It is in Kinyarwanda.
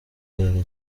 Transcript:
iri